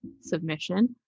submission